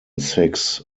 six